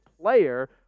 player